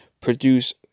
produce